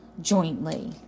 jointly